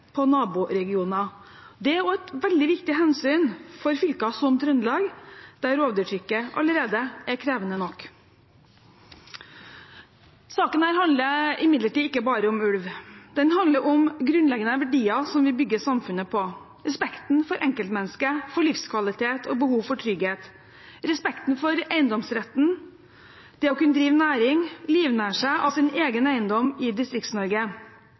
på naboregioner. Det er også et veldig viktig hensyn for fylker som Trøndelag, der rovdyrtrykket allerede er krevende nok. Denne saken handler imidlertid ikke bare om ulv. Den handler om grunnleggende verdier vi bygger samfunnet på: respekten for enkeltmennesket, for livskvalitet og behov for trygghet; respekten for eiendomsretten, det å kunne drive næring, livnære seg av sin egen eiendom i